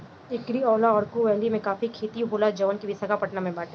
एकरी अलावा अरकू वैली में काफी के खेती होला जवन की विशाखापट्टनम में बाटे